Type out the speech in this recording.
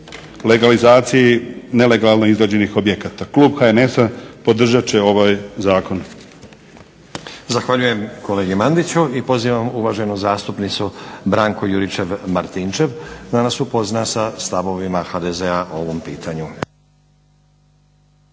legalizaciji nelegalno izgrađenih objekata. Klub HNS-a podržat će ovaj zakon.